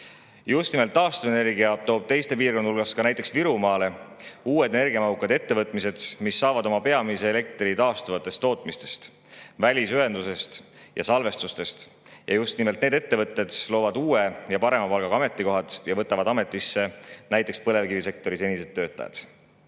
Just nimelt taastuvenergia toob teiste piirkondade hulgas ka näiteks Virumaale uued energiamahukad ettevõtmised, mis saavad oma peamise elektri taastuvatest [allikatest], välisühendusest ja salvestustest. Just nimelt need ettevõtted loovad uued ja parema palgaga ametikohad ja võtavad ametisse ka põlevkivisektori senised töötajad. Kas